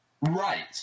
Right